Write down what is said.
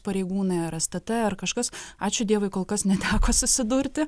pareigūnai ar stt ar kažkas ačiū dievui kol kas neteko susidurti